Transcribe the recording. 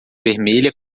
vermelha